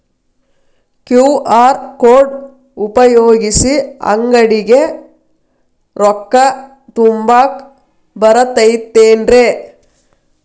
QR code ಉಪಯೋಗಿಸಿ, ಅಂಗಡಿಗೆ ರೊಕ್ಕಾ ತುಂಬಾಕ್ ಬರತೈತೇನ್ರೇ?